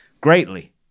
greatly